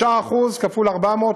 9% כפול 400,